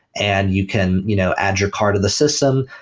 and you can you know add your car to the system.